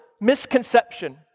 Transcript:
misconception